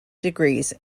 degrees